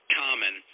common